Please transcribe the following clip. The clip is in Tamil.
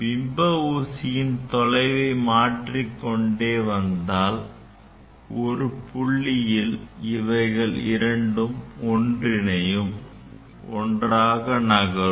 பிம்ப ஊசியின் தொலைவை மாற்றி கொண்டே வந்தாள் ஒரு புள்ளியில் இவைகள் இரண்டும் ஒன்றிணையும் ஒன்றாக நகரும்